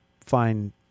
find